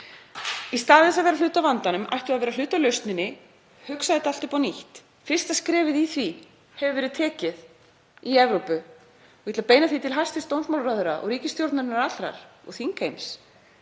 Í stað þess að vera hluti af vandanum ættum við að vera hluti af lausninni, hugsa þetta allt upp á nýtt. Fyrsta skrefið í því hefur verið stigið í Evrópu. Ég vil beina því til hæstv. dómsmálaráðherra og ríkisstjórnarinnar allrar og þingheims